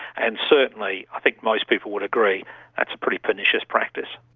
and certainly, i think most people would agree that's a pretty pernicious practice.